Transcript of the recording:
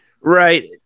right